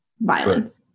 violence